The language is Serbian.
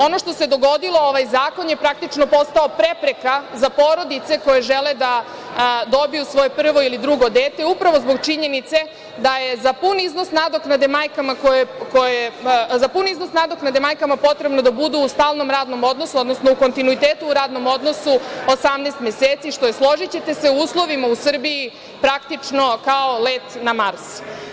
Ono što se dogodilo, ovaj zakon je praktično postao prepreka za porodice koje žele da dobiju svoje prvo ili drugo dete upravo zbog činjenice da je za pun iznos nadoknade majkama potrebno da budu u stalnom radnom odnosu, odnosno u kontinuitetu u radnom odnosu 18 meseci, što je, složićete se, u uslovima u Srbiji praktično kao let na Mars.